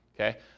Okay